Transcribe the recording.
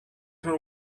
her